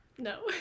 No